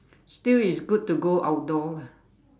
still is good to go outdoor lah